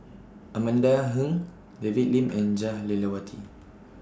Amanda Heng David Lim and Jah Lelawati